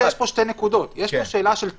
שתי נקודות: יש פה שאלה של טכניקה,